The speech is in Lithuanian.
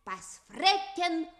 pas freken